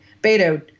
Beto